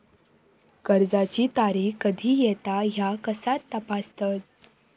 कर्जाची तारीख कधी येता ह्या कसा तपासतत?